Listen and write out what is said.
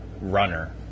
runner